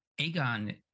Aegon